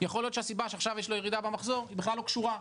יכול להיות שהסיבה שעכשיו יש לו ירידה במחזור בכלל לא קשורה.